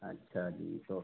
अच्छा जी तो